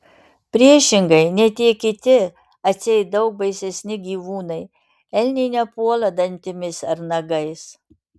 priešingai nei tie kiti atseit daug baisesni gyvūnai elniai nepuola dantimis ar nagais